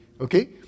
okay